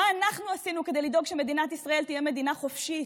מה אנחנו עשינו כדי לדאוג שמדינת ישראל תהיה מדינה חופשית?